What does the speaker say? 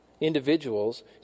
individuals